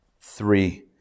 Three